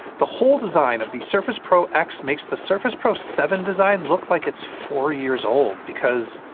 the whole design of the surface pro x makes the surface pro seven design look like it's four years old, because